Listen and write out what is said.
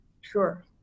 Sure